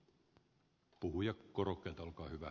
arvoisa herra puhemies